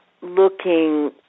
looking